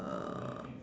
uh